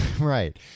Right